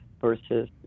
versus